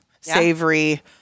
savory